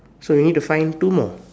so we need to find two more